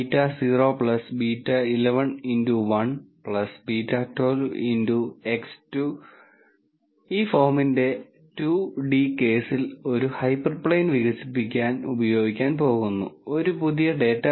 data science പ്രോബ്ളങ്ങൾ പരിഹരിക്കുന്നതിനുള്ള വ്യത്യസ്തമായ രീതികളായി ഒരാൾക്ക് ഈ ടെക്നിക്കുകൾ പഠിപ്പിക്കാം എന്നിരുന്നാലും പ്രോബ്ലം ഫോർമുലേഷൻ എന്ന് നമ്മൾ വിളിക്കുന്ന യഥാർത്ഥ പ്രോബ്ളങ്ങൾക്ക് ഈ ടെക്നിക്ക് ടെക്നിക്കുകൾ എങ്ങനെ ഉപയോഗിക്കാമെന്ന് പഠിക്കുക എന്നതാണ് പ്രധാന കാര്യം